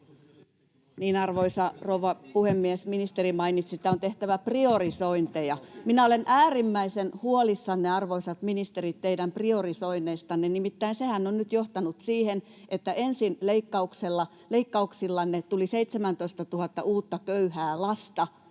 Arvoisa rouva puhemies! Ministeri mainitsi, että on tehtävä priorisointeja. Minä olen äärimmäisen huolissani, arvoisat ministerit, teidän priorisoinneistanne, nimittäin sehän on nyt johtanut siihen, että ensin leikkauksillanne tuli 17 000 uutta köyhää lasta